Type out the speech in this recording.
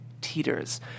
Teeters